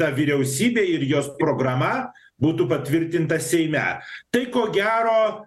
ta vyriausybė ir jos programa būtų patvirtinta seime tai ko gero